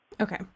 Okay